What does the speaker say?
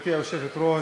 גברתי היושבת-ראש,